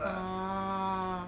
orh